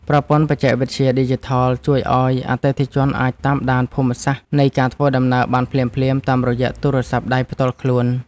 ប្រព័ន្ធបច្ចេកវិទ្យាឌីជីថលជួយឱ្យអតិថិជនអាចតាមដានភូមិសាស្ត្រនៃការធ្វើដំណើរបានភ្លាមៗតាមរយៈទូរស័ព្ទដៃផ្ទាល់ខ្លួន។